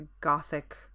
gothic